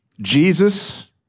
Jesus